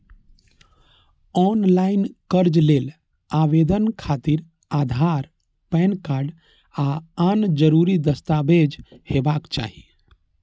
ऑनलॉन कर्ज लेल आवेदन खातिर आधार, पैन कार्ड आ आन जरूरी दस्तावेज हेबाक चाही